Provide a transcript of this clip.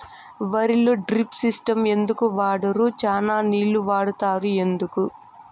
వరిలో drip system ఎందుకు వాడరు? చానా నీళ్లు వాడుతారు ఎందుకు?